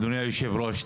אדוני היושב-ראש,